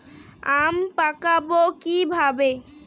আম পাকাবো কিভাবে?